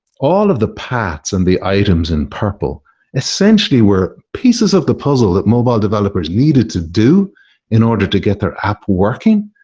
all of the paths and the items in purple essentially were pieces of the puzzle that mobile developers needed to do in order to get their app working,